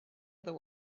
other